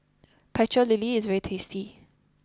Pecel Lele is very tasty